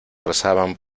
rezaban